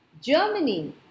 Germany